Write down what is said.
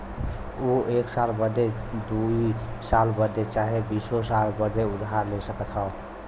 ऊ एक साल बदे, दुइ साल बदे चाहे बीसो साल बदे उधार ले सकत हौ